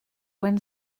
when